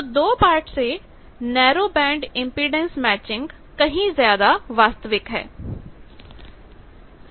तो 2 पार्ट से narrow band impedance matching कहीं ज्यादा वास्तविक है